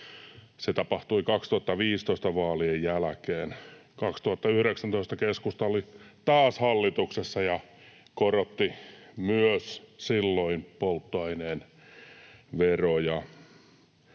se tapahtui vuoden 2015 vaalien jälkeen. Vuonna 2019 keskusta oli taas hallituksessa ja korotti myös silloin polttoaineen veroja.